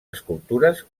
escultures